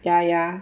ya ya